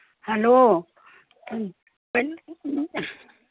hello